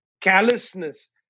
callousness